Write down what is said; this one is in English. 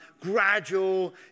gradual